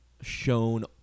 shown